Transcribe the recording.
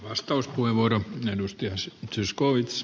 vastaus kuin vuoden ennusteessa ongelma